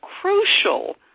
crucial